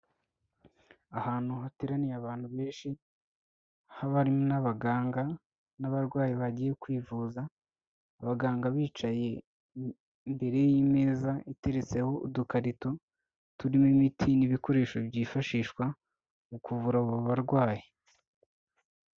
Ahantu hateraniye abantu benshi, haba harimo n'abaganga n'abarwayi bagiye kwivuza, abaganga bicaye mbere y'imeza iteretseho udukarito turimo imiti n'ibikoresho byifashishwa mu kuvura abo barwayi.